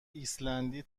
ایسلندی